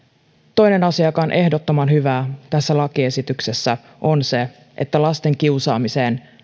toinen asia joka on ehdottoman hyvää tässä lakiesityksessä on se että lasten kiusaamiseen